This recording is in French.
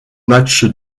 matchs